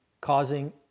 causing